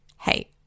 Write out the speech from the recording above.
Hey